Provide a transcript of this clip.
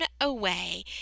away